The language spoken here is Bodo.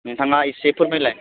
नोंथाङा एसे फोरमायलाय